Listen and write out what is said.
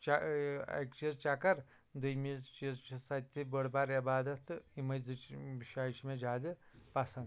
اَکہ چیٖز چَکَر دوٚیمہ چیٖز چھ سۄ تہِ چھِ بٔڑ بار عبادت تہٕ یمے زٕ چھِ شایہِ چھِ مےٚ زیٛادٕ پَسَنٛد